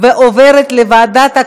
לא לא לא, שר התחבורה יתקן.